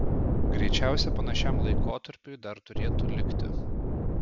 greičiausia panašiam laikotarpiui dar turėtų likti